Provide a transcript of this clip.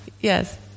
Yes